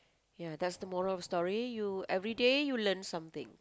yeah that's the moral of the story everyday you learn something